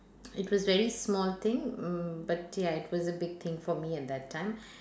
it was very small thing mm but ya it was a big thing for me at that time